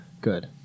good